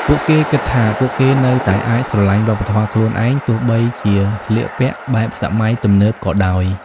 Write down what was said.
ពួកគេគិតថាពួកគេនៅតែអាចស្រលាញ់វប្បធម៌ខ្លួនឯង ទោះបីជាស្លៀកពាក់បែបសម័យទំនើបក៏ដោយ។